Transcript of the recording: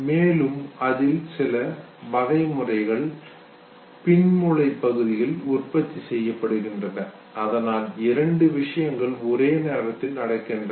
மேலும் அதில் சில வகை முறைகள் பின் முளை பகுதிகளில் உற்பத்தி செய்யப்படுகின்றன அதனால் இரண்டு விஷயங்கள் ஒரே நேரத்தில் நடக்கின்றன